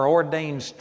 ordained